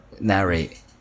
narrate